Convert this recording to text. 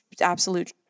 absolute